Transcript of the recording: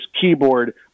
keyboard